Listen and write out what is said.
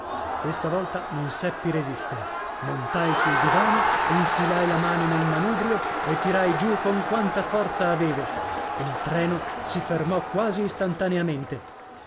questa volta non seppi resistere montai sul divano infilai la mano nel manubrio e tirai giù con quanta forza avevo il treno si fermò quasi istantaneamente